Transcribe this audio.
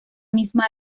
misma